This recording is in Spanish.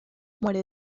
muere